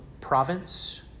province